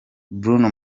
bruno